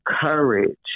courage